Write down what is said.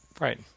Right